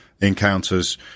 encounters